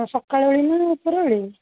ସକାଳଓଳି ନା ଉପରଓଳି